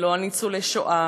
ולא על ניצולי שואה,